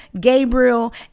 Gabriel